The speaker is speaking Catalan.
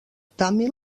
tàmil